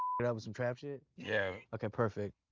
but up with some trap shit? yeah. okay, perfect.